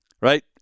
right